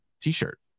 t-shirt